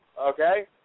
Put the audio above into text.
okay